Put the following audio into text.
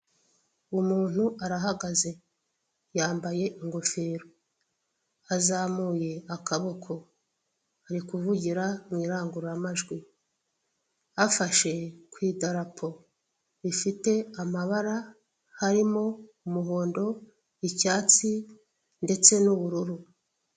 Umuntu arahagaze. Yambaye ingofero. Azamuye akaboko. Ari kuvugira mu irangururamajwi. Afashe ku idarapo rifite amabara, harimo umuhondo, icyatsi, ndetse n'ubururu.